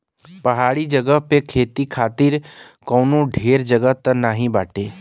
पहाड़ी जगह पे खेती खातिर कवनो ढेर जगही त नाही बाटे